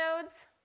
nodes